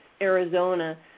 Arizona